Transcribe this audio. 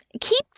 keep